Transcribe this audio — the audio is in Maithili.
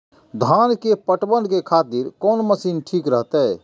धान के पटवन के खातिर कोन मशीन ठीक रहते?